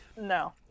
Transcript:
No